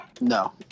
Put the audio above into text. No